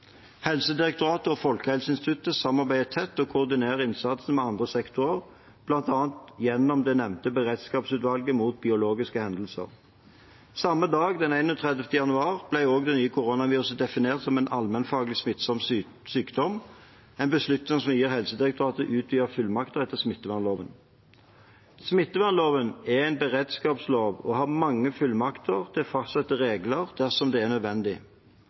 Helsedirektoratet og Folkehelseinstituttet samarbeider tett og koordinerer innsatsen med andre sektorer, bl.a. gjennom det nevnte Beredskapsutvalget mot biologiske hendelser. Samme dag, den 31. januar, ble det nye koronaviruset definert som en allmennfarlig smittsom sykdom, en beslutning som gir Helsedirektoratet utvidete fullmakter etter smittevernloven. Smittevernloven er en beredskapslov og har mange fullmakter til å fastsette regler dersom det er nødvendig.